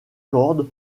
cordes